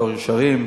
"דור ישרים",